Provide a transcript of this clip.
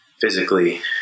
physically